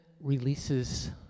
releases